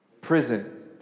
prison